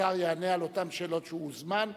השר יענה על אותן שאלות שהוא הוזמן להן.